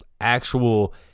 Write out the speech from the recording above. actual